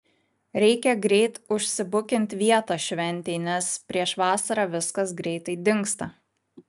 reikia greit užsibukint vietą šventei nes prieš vasarą viskas greitai dingsta